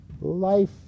life